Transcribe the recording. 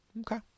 Okay